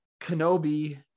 kenobi